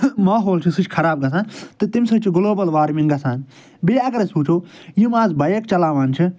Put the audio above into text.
ماحول چھُ سُہ چھُ خراب گَژھان تہٕ تَمہِ سۭتۍ چھِ گٕلوبَل وارمِنٛگ گَژھان بیٚیہِ اگر أسۍ وٕچھو یِم آز بایک چَلاوان چھِ